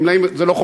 גמלאים, זה לא חופף.